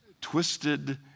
twisted